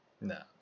No